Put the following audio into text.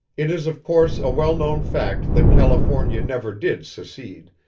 it is of course a well-known fact that california never did secede,